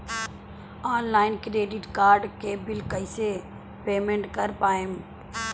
Online credit card के bill कइसे payment कर पाएम?